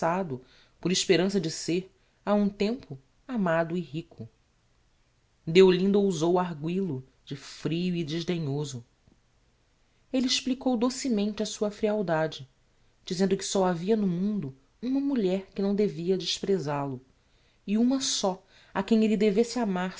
alvoroçado por esperança de ser a um tempo amado e rico deolinda ousou arguil o de frio e desdenhoso elle explicou docemente a sua frialdade dizendo que só havia no mundo uma mulher que não devia desprezal o e uma só a quem elle devesse amar